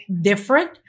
different